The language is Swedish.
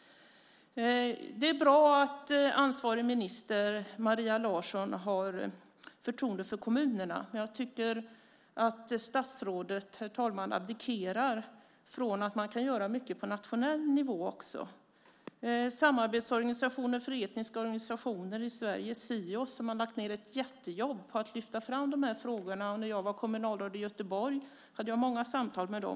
Det är bra att Maria Larsson som ansvarig minister har förtroende för kommunerna. Jag tycker att statsrådet abdikerar från det faktum att man kan göra mycket även på nationell nivå. Samarbetsorganisationen för etniska organisationer i Sverige, Sios, har lagt ned ett jättejobb för att lyfta fram dessa frågor. När jag var kommunalråd i Göteborg hade jag många samtal med dem.